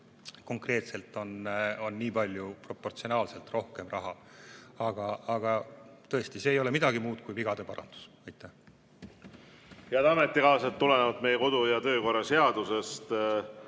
on ette nähtud nii palju, proportsionaalselt rohkem raha. Aga tõesti, see ei ole midagi muud kui vigade parandus. Head ametikaaslased! Tulenevalt meie kodu- ja töökorra seadusest